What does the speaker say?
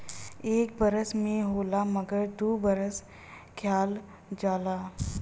एक बरस में होला मगर दू बरस खायल जाला